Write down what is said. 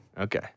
Okay